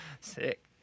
Sick